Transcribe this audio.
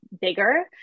bigger